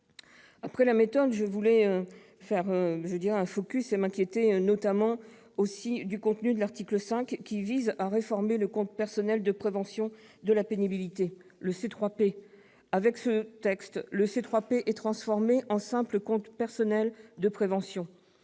de la méthode, je m'inquiète aussi du contenu de l'article 5, visant à reformer le compte personnel de prévention de la pénibilité, le C3P. Avec ce texte, le C3P est transformé en simple compte personnel de prévention.